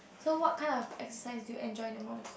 so what kind of exercise do you enjoy the most